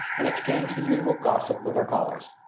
and exchanged the usual gossip with their callers.